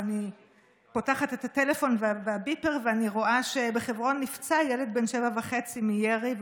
פותחת את הטלפון והביפר ורואה שבחברון נפצע ילד בן שבע וחצי מירי,